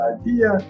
idea